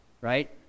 right